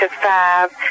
five